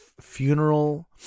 funeral